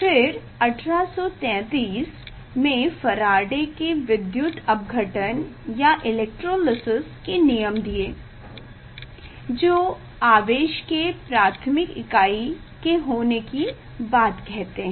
फिर 1833 में फराडे के विद्युत अपघटन इलेक्ट्रोलिसिस के नियम दिये जो आवेश के प्राथमिक इकाई के होने की बात कहते हैं